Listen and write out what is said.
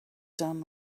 done